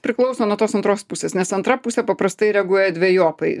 priklauso nuo tos antros pusės nes antra pusė paprastai reaguoja dvejopai